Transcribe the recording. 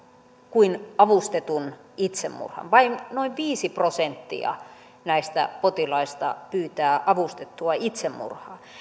kuin avustetun itsemurhan vain noin viisi prosenttia näistä potilaista pyytää avustettua itsemurhaa